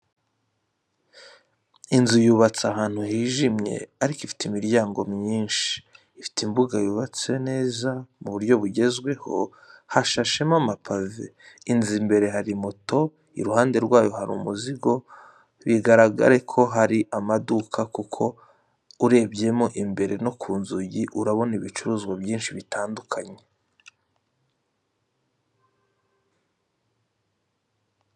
Inzu yubatse ahantu hijimye ariko ifite imiryango myisnhi, ifite imbuga yubatse neza mu buryo bugezweho, hashashemo amapave, imbere y'inzu hari moto, iruhande rwayo hari umuzigo, bigaragare ko aha ari amaduka kuko urebyemo imbere no ku nzugi urahabona ibicuruzwa byinshi bitandukanye.